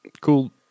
cool